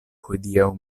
hodiaŭ